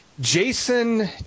Jason